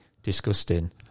disgusting